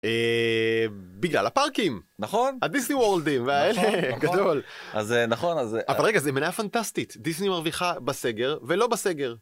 בגלל הפארקים, נכון? הדיסני וורלדים והאלה. גדול, אז נכון... אבל רגע זה מניה פנטסטית. דיסני מרוויחה בסגר ולא בסגר.